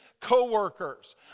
co-workers